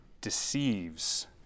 deceives